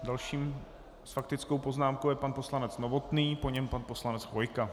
Dalším s faktickou poznámkou je pan poslanec Novotný, po něm pan poslanec Chvojka.